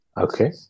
Okay